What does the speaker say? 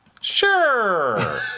Sure